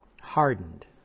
Hardened